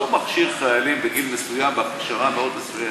מכשיר חיילים בגיל מסוים בהכשרה מאוד מסוימת,